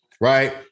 right